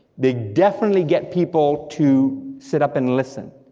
they definitely get people to sit up and listen.